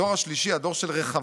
בדור השלישי, הדור של רחבעם,